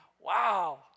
Wow